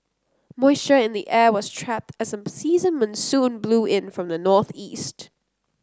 moisture in the air was trapped as season monsoon blew in from the northeast